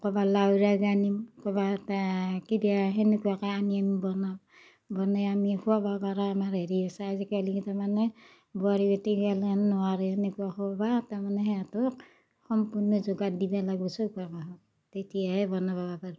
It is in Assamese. ক'বা লাওৰ আগ আনিম ক'ৰবাত কি দিয়ে তেনেকুৱাকে আনিম বনাওঁ বনাই আমি খোৱা বোৱা কৰাৰ আমাৰ হেৰি আছে আজিকালি তাৰমানে বোৱাৰী বেটীগেল হেন নোৱাৰে এনেকুৱা কৰিব তাৰমানে সেঁহেতক সম্পূৰ্ণ যোগাৰ দিব লাগিব তেতিয়াহে বনাব পাৰিব